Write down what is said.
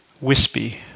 wispy